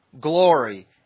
glory